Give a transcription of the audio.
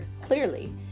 clearly